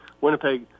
Winnipeg